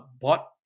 bought